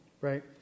Right